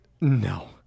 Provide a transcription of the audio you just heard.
No